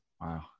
Wow